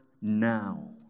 now